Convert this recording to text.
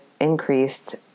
increased